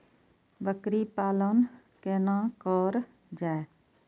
बकरी पालन केना कर जाय?